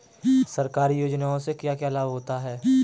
सरकारी योजनाओं से क्या क्या लाभ होता है?